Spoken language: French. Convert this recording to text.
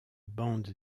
bande